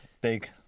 big